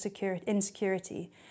insecurity